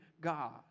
God